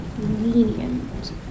lenient